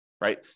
right